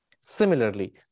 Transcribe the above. Similarly